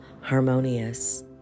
harmonious